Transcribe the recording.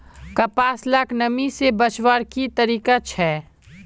कपास लाक नमी से बचवार की तरीका छे?